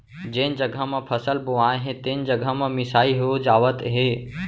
जेन जघा म फसल बोवाए हे तेने जघा म मिसाई हो जावत हे